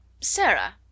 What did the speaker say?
Sarah